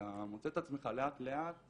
ואתה מוצא את עצמך לאט לאט